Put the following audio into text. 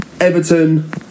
Everton